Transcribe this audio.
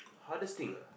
hardest thing ah